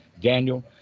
daniel